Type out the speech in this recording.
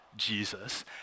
Jesus